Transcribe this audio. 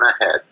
ahead